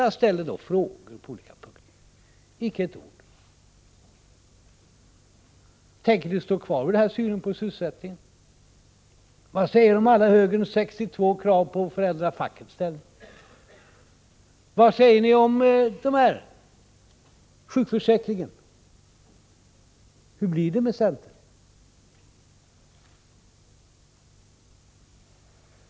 Jag ställde frågor, men icke ett ord till svar. Tänker ni stå kvar vid den här synen på sysselsättningen? Vad säger ni om högerns 62 krav på förändring av fackets ställning? Vad säger ni om sjukförsäkringen? Hur blir det med centern?